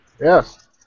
yes